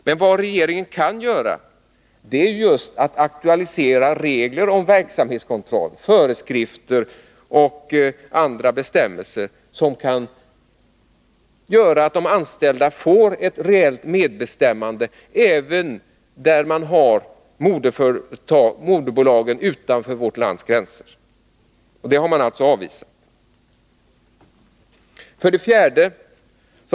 Men vad regeringen kan göra är just att aktualisera regler om verksamhetskontroll, föreskrifter och andra bestämmelser genom vilka de anställda får ett reellt medbestämmande även där moderbolaget finns utanför vårt lands gränser. Detta har man alltså avvisat. 4.